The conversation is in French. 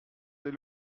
des